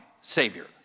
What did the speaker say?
Savior